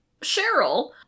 Cheryl